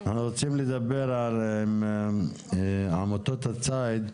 אנחנו רוצים לדבר עם עמותות הציד,